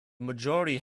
majority